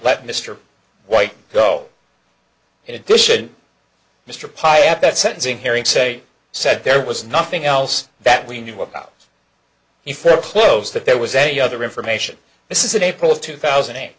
let mr white go in addition mr paey at that sentencing hearing say said there was nothing else that we knew about he felt close that there was any other information this is an april of two thousand and eight